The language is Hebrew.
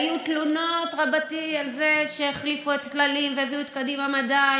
היו תלונות רבתי על זה שהחליפו את טללים והביאו את קדימה מדע,